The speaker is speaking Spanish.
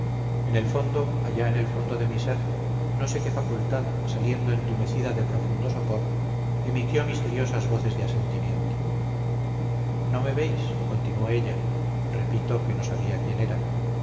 en el fondo allá en el fondo de mi ser no sé qué facultad saliendo entumecida de profundo sopor emitió misteriosas voces de asentimiento no me veis continuó ella repito que no sabía quién era por qué no me